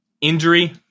Injury